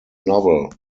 novel